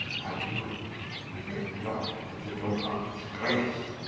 i muse we met not with the dolphins grace,